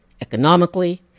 economically